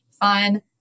fun